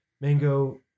mango